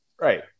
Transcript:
Right